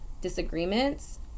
disagreements